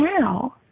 now